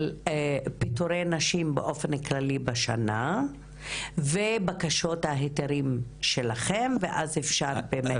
פיטורי נשים באופן כללי בשנה ובקשות ההיתרים שלכם ואז אפשר באמת.